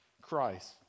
Christ